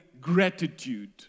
gratitude